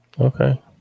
Okay